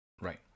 Right